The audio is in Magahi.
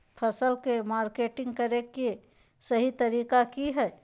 फसल के मार्केटिंग करें कि सही तरीका की हय?